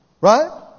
Right